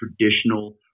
traditional